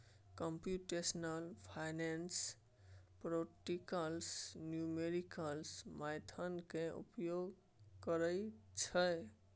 computational finance practical numerical method के उपयोग करइ छइ